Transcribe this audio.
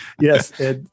yes